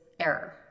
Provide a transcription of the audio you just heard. error